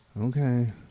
Okay